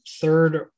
third